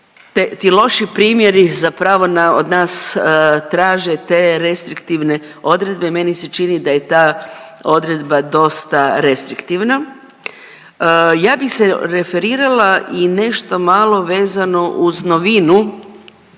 ti loši primjeri zapravo od nas traže te restriktivne odredbe, meni se čini da je ta odredba dosta restriktivna. Ja bi se referirala i nešto malo vezano uz novinu